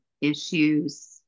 issues